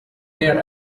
there